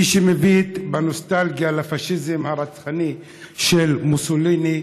מי שמביט בנוסטלגיה אל הפאשיזם הרצחני של מוסוליני,